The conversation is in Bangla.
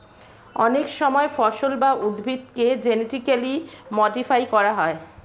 অনেক সময় ফসল বা উদ্ভিদকে জেনেটিক্যালি মডিফাই করা হয়